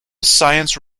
science